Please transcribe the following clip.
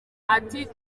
ati